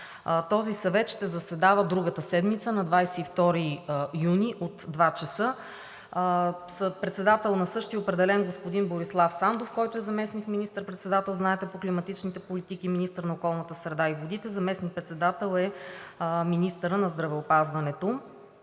Този съвет ще заседава другата седмица – на 22 юни от 14,00 ч. За председател на същия е определен господин Борислав Сандов, който е заместник министър-председател, знаете, по климатичните политики и министър на околната среда и водите, заместник-председател е министърът на здравеопазването.